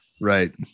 right